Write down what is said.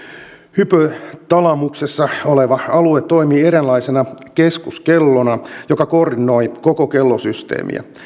hypotalamuksessa oleva alue toimii eräänlaisena keskuskellona joka koordinoi koko kellosysteemiä